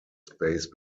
space